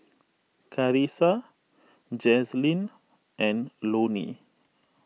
Carisa Jazlyn and Loni